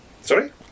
Sorry